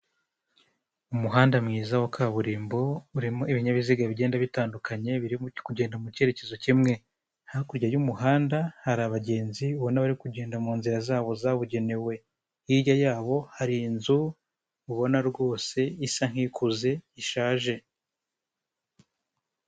Umuhanda mwiza wa kaburimbo urimo ibinyabiziga bigenda bitandukanye biri kugenda mu cyerekezo kimwe, hakurya y'umuhanda hari abagenzi ubona bari kugenda mu nzira zabo zabugenewe, hirya yabo hari inzu ubona rwose isa nk'ikuze ishaje.